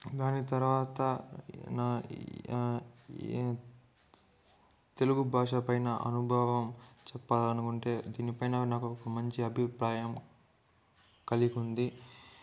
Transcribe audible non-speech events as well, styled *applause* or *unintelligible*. దాని తర్వాత నా *unintelligible* తెలుగు భాష పైన అనుభవం చెప్పాలనుకుంటే దీనిపైన నాకు ఒక మంచి అభిప్రాయం కలిగుంది